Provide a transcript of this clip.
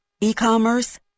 e-commerce